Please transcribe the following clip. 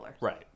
Right